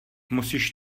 musíš